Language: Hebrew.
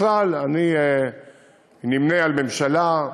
בכלל, אני נמנה עם חברי ממשלה,